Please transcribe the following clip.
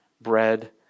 bread